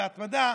בהתמדה,